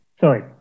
Sorry